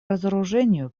разоружению